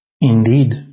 Indeed